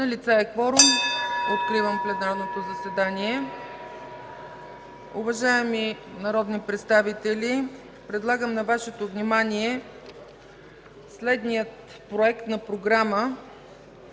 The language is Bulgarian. Налице е кворум. (Звъни.) Откривам пленарното заседание. Уважаеми народни представители, предлагам на Вашето внимание следния Проект на програма